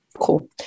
Cool